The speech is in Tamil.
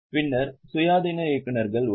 பின்னர் சுயாதீன இயக்குநர்கள் உள்ளனர்